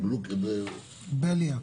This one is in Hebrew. בליאק?